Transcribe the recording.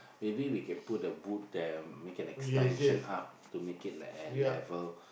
maybe we can put a wood there make an extension up to make it at A-level